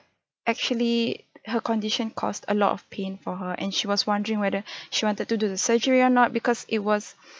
actually her condition caused a lot of pain for her and she was wondering whether she wanted to do the surgery or not because it was